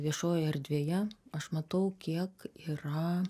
viešojoje erdvėje aš matau kiek yra